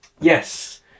yes